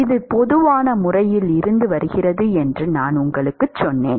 இது பொதுவான முறையில் இருந்து வருகிறது என்று நான் உங்களுக்குச் சொன்னேன்